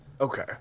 okay